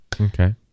okay